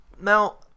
Now